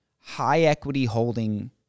high-equity-holding